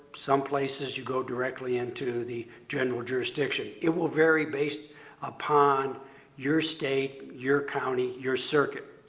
some places you go directly into the general jurisdiction. it will vary based upon your state, your county, your circuit.